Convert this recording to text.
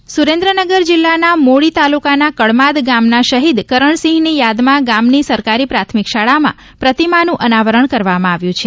અનાવરણ સુરેન્દ્રનગર જિલ્લાના મૂળી તાલુકાના કળમાદ ગામના શહીદ કરણસિંહની યાદમાં ગામની સરકારી પ્રાથમિક શાળામાં પ્રતિમાનું અનાવરણ કરવામાં આવ્યું છે